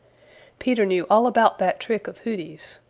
peter knew all about that trick of hooty's.